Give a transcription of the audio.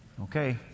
Okay